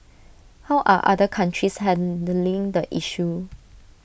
how are other countries handling the issue